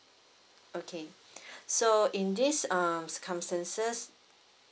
okay so in this um circumstances